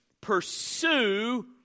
pursue